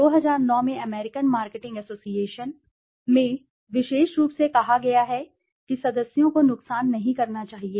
2009 में American marketing association इसमें अनुसंधान से संबंधित मुद्दे हैं और विशेष रूप से कहा गया है कि सदस्यों को नुकसान नहीं करना चाहिए